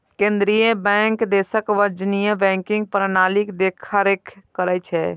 केंद्रीय बैंक देशक वाणिज्यिक बैंकिंग प्रणालीक देखरेख करै छै